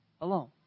alone